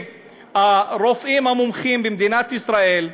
הרופאים המומחים במדינת ישראל,